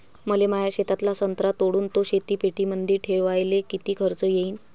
मले माया शेतातला संत्रा तोडून तो शीतपेटीमंदी ठेवायले किती खर्च येईन?